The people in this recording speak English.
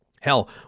Hell